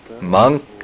Monk